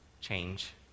change